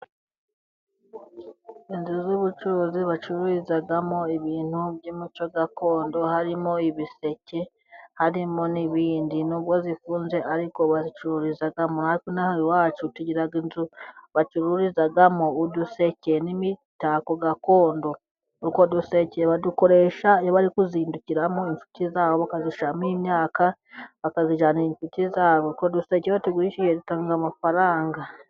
Inzu z'ubucuruzi bacururizamo, ibintu by'umuco gakondo, harimo ibiseke harimo n'ibindi, nubwo zifunze ariko bazicururizamo, natwe inaha iwacu, tugira inzu bacururizamo, uduseke n'imitako gakondo, utwo dusekeye badukoresha, bari kuzidukira inshuti zabo, bakazishiramo imyaka bakazijyanira inshuti zabo, utwo duseke iyo batugurishije, dutanga amafaranga.